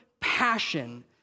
passion